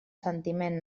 sentiment